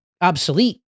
obsolete